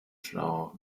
schlau